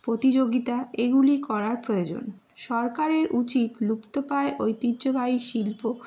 প্রতিযোগিতা এইগুলি করার প্রয়োজন সরকারের উচিত লুপ্তপ্রায় ঐতিহ্যবাহী শিল্প